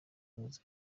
kugaruza